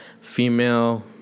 female